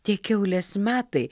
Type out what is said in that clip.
tie kiaulės metai